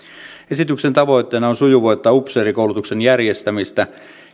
esityksen tavoitteena on sujuvoittaa upseerikoulutuksen järjestämistä